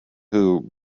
who